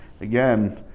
again